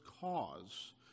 cause